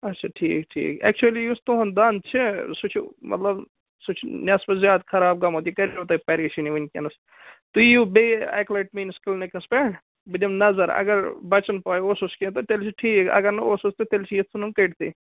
اچھا ٹھیٖک ٹھیٖک ایٚکچُلی یُس تُہُنٛد دَند چھُ سُہ چھُ مطلب سُہ چھُ نٮ۪صفہٕ زیادٕ خراب گومُت یہِ کَریو تۄہہِ پریشٲنی وٕنکیٚنَس تُہۍ یِیُو بیٚیہِ اَکہِ لَٹہِ میٲنِس کِلنِکَس پٮ۪ٹھ بہٕ دِم نظر اگر بَچَن پاے اوسُس کیٚنٛہہ تہٕ تیٚلہِ چھُ ٹھیٖک اگر نہٕ اوسُس تہٕ تیٚلہِ چھُ یِہ ژھٕنُن کٔڑۍ تھٕے